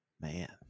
Man